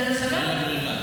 לא הייתה ברירה.